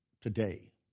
today